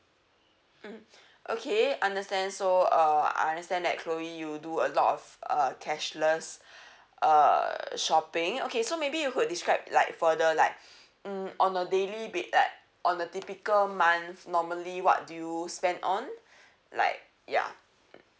mm okay understand so uh I understand that chloe you do a lot of uh cashless err shopping okay so maybe you could describe like further like mm on a daily ba~ like on the typical month normally what do you spend on like ya